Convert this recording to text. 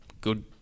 good